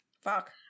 Fuck